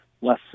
less